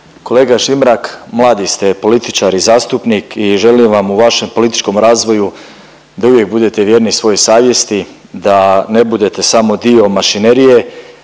kolega Šimrak mladi ste političar i zastupnik i želim vam u vašem političkom razvoju da uvijek budete vjerni svojoj savjesti, da ne budete samo dio mašinerije